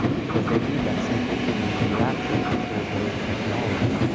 because they need that simple human interaction after a day of technology,